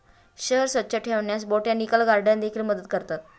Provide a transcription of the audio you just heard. शहर स्वच्छ ठेवण्यास बोटॅनिकल गार्डन देखील मदत करतात